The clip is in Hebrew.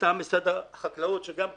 מטעם משרד החקלאות שגם כן,